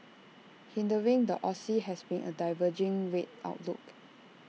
hindering the Aussie has been A diverging rate outlook